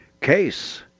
Case